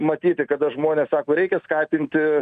matyti kada žmonės sako reikia skatinti